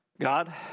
God